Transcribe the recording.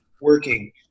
working